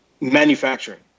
manufacturing